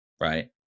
right